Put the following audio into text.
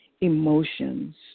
emotions